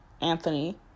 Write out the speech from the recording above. Anthony